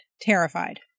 Terrified